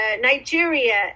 nigeria